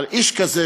עם איש כזה